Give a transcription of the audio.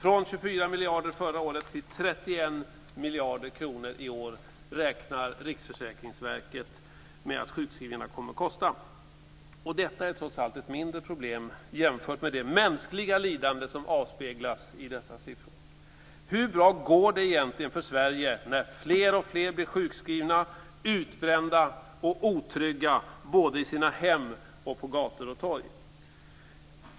Riksförsäkringsverket räknar med att kostnaderna för sjukskrivningarna kommer att öka från 24 miljarder förra året till 31 miljarder i år. Detta är trots allt ett mindre problem jämfört med det mänskliga lidande som avspeglas i dessa siffror. Hur bra går det egentligen för Sverige när fler och fler blir sjukskrivna, utbrända och otrygga både i sina hem och på gator och torg?